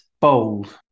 bold